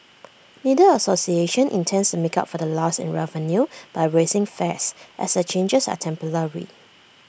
neither association intends make up for the loss in revenue by raising fares as the changes are temporary